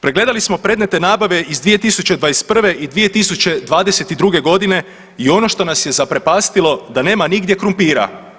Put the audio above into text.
Pregledali smo predmete nabave iz 2021. i 2022.g. i ono što nas je zaprepastilo da nema nigdje krumpira.